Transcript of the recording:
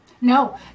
No